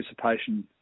participation